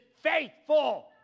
faithful